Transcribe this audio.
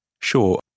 Sure